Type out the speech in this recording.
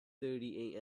thirty